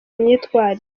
myitwarire